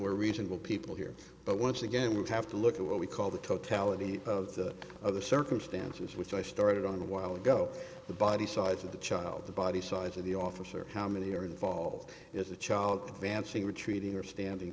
we're reasonable people here but once again we have to look at what we call the totality of the other circumstances which i started on a while ago the body size of the child the body size of the officer how many are involved as a child dancing retreating or standing